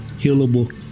healable